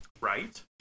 Right